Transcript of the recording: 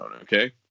okay